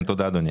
תודה, אדוני.